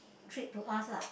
treat to us lah